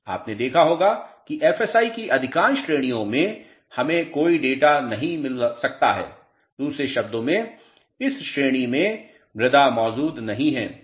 आपने देखा होगा कि एफएसआई की अधिकांश श्रेणियों में हमें कोई डेटा नहीं मिल सकता है दूसरे शब्दों में इस श्रेणी में मृदा मौजूद नहीं है